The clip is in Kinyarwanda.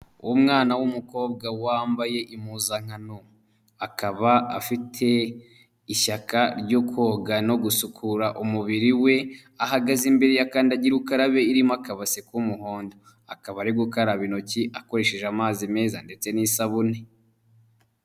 Uwo mwana w'umukobwa wambaye impuzankano, akaba afite ishyaka ryo koga no gusukura umubiri we, ahagaze imbere ya kandagira ukarabe irimo akabase k'umuhondo, akaba ari gukaraba intoki akoresheje amazi meza ndetse n'isabune.